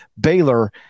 Baylor